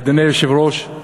אדוני היושב-ראש,